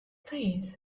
please